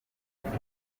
itanu